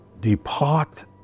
Depart